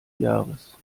jahres